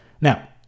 Now